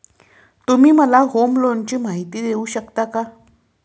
तुम्ही मला होम लोनची माहिती देऊ शकता का?